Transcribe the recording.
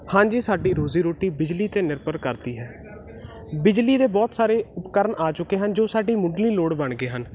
ਹਾਂਜੀ ਸਾਡੀ ਰੋਜ਼ੀ ਰੋਟੀ ਬਿਜਲੀ 'ਤੇ ਨਿਰਭਰ ਕਰਦੀ ਹੈ ਬਿਜਲੀ ਦੇ ਬਹੁਤ ਸਾਰੇ ਉਪਕਰਨ ਆ ਚੁੱਕੇ ਹਨ ਜੋ ਸਾਡੀ ਮੁੱਢਲੀ ਲੋੜ ਬਣ ਗਏ ਹਨ